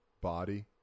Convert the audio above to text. body